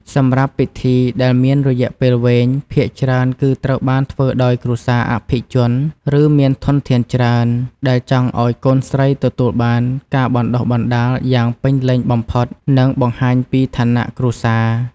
សម្រាប់ពិធីដែលមានរយៈពេលវែងភាគច្រើនគឺត្រូវបានធ្វើដោយគ្រួសារអភិជន ឬ មានធនធានច្រើន ដែលចង់ឱ្យកូនស្រីទទួលបានការបណ្តុះបណ្តាលយ៉ាងពេញលេញបំផុត និងបង្ហាញពីឋានៈគ្រួសារ។